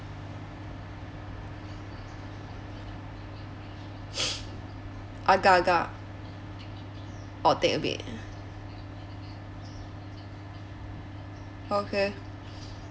agar agar orh take a bit okay